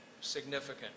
significant